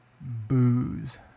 Booze